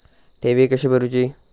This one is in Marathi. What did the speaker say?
ठेवी कशी भरूची?